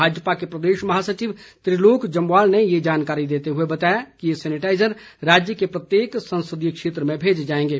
भाजपा के प्रदेश महासचिव त्रिलोक जम्वाल ने ये जानकारी देते हुए बताया कि ये सैनिटाईजर राज्य के प्रत्येक संसदीय क्षेत्र में भेजे जाएंगे